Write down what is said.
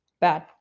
bad